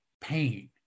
pain